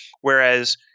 Whereas